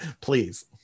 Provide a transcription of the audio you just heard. Please